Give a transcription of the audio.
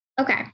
Okay